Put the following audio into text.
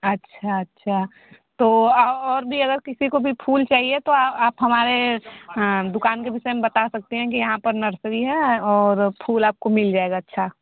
अच्छा अच्छा तो और भी अगर किसी को भी फूल चाहिए तो आप हमारे दुकान के विषय में बता सकती है कि यहाँ पर नर्सरी है और फूल आपको मिल जाएगा अच्छा